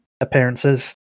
appearances